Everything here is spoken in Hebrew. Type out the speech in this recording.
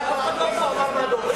אף אחד לא אמר את זה.